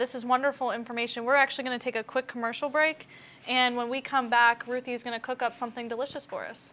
this is wonderful information we're actually going to take a quick commercial break and when we come back we're going to cook up something delicious chorus